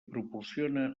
proporciona